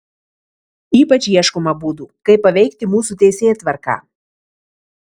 ypač ieškoma būdų kaip paveikti mūsų teisėtvarką